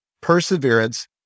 perseverance